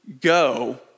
go